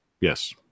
Yes